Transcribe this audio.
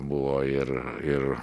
buvo ir ir